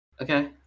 okay